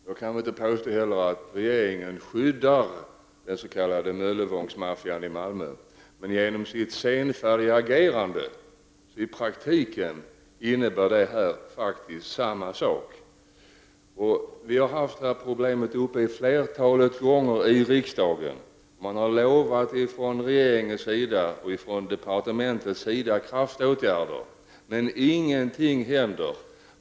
Jag kan inte heller påstå att regeringen skyddar den s.k. Möllevångsmaffian i Malmö, men genom det senfärdiga agerandet innebär regeringens handlande ändå detta. Vi har diskuterat detta problem ett flertal gånger i riksdagen. Regeringen och departementet har utlovat kraftåtgärder, men ingenting händer.